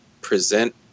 present